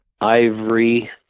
ivory